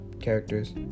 characters